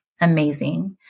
amazing